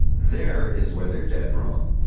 there is where they're dead wrong.